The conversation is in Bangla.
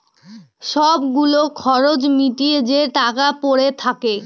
সব গুলো খরচ মিটিয়ে যে টাকা পরে থাকে